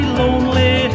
lonely